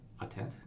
attend